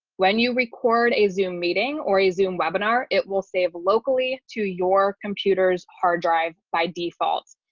when you record a zoom meeting or a zoom webinar, it will save locally to your computer's hard drive by default,